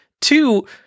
Two